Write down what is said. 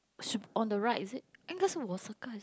should be on the right is it